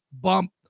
bump